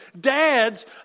Dad's